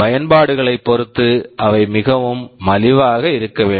பயன்பாடுகளைப் பொறுத்து அவை மிகவும் மலிவாக இருக்க வேண்டும்